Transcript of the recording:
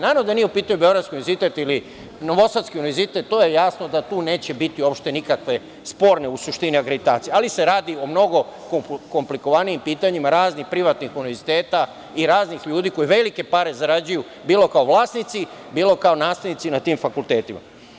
Naravno da nije u pitanju beogradski univerzitet ili novosadski univerzitet, to je jasno da tu neće biti nikakve sporne, u suštini akreditacije, ali se radi o mnogo komplikovanijim pitanjima raznih privatnih univerziteta i raznih ljudi koji velike pare zarađuju, bilo kao vlasnici, bilo kao nastavnici na tim fakultetima.